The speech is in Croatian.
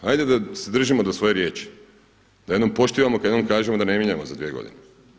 Hajde da držimo do svoje riječi, da jednom poštivamo kad vam kažemo da ne mijenjamo za dvije godine.